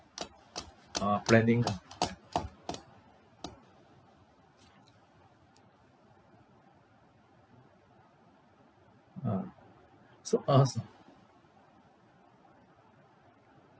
uh planning ah ah so ask ah